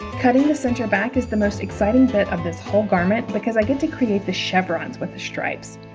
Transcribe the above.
cutting the center back is the most exciting bit of this whole garment because i get to create the chevrons with the stripes